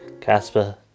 Casper